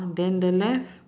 then the left